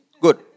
good